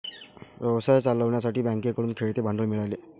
व्यवसाय चालवण्यासाठी बँकेकडून खेळते भांडवल मिळाले